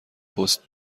پست